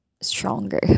stronger